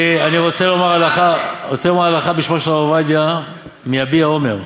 אני רוצה לומר הלכה בשמו של הרב עובדיה מ"יביע אומר".